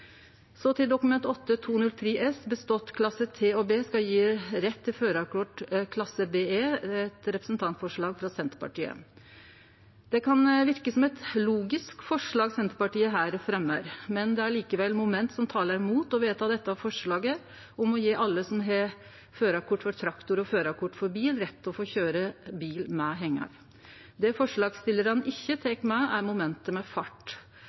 Så til Dokument 8:203 S for 2020–2021, om at bestått klasse T og B skal gje rett til førarkort klasse BE, eit representantforslag frå Senterpartiet. Det kan verke som eit logisk forslag Senterpartiet her fremjar, men det er likevel moment som talar mot å vedta dette forslaget om å gje alle som har førarkort for traktor og førarkort for bil, rett til å få køyre bil med hengar. Det forslagsstillarane ikkje tek med, er momentet med fart.